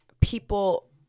people